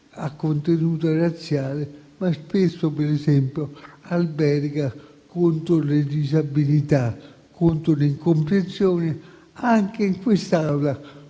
a contenuto razziale, ma spesso per esempio alberga contro le disabilità e contro l'incomprensione. Anche in quest'Aula,